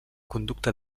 conducta